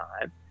time